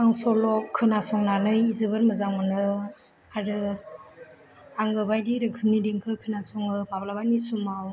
आं सल' खोनासंनानै जोबोर मोजां मोनो आरो आङो बायदि रोखोमनि देंखो खोनासङो माब्लाबानि समाव